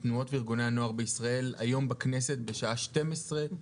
תנועות וארגוני הנוער בישראל היום בכנסת בשעה 12:00,